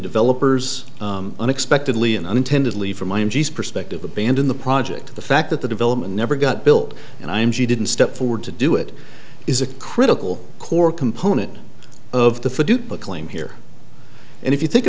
developers unexpectedly and unintended leave from my perspective abandon the project to the fact that the development never got built and i'm she didn't step forward to do it is a critical core component of the for to put claim here and if you think